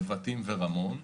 נבטים ורמון,